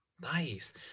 Nice